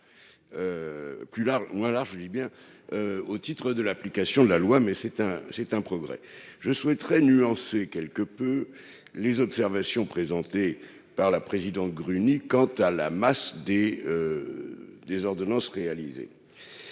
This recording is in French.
plus large, ou alors, je dis bien au titre de l'application de la loi, mais c'est un c'est un progrès, je souhaiterais nuancer quelque peu les observations présentées par la président Gruny quant à la masse des des ordonnances réalisée,